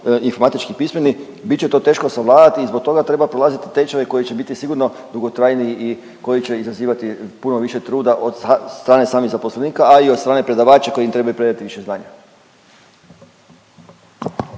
informatički pismeni, bit će to teško savladati i zbog toga treba prolaziti tečajeve koji će biti sigurno dugotrajniji i koji će izazivati puno više od truda od strane samih zaposlenika, a i od strane predavači koji im trebaju prenijeti više znanja.